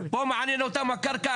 מה מעניין אותם הקרקע,